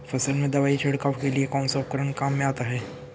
फसल में दवाई छिड़काव के लिए कौनसा उपकरण काम में आता है?